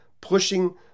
pushing